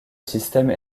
système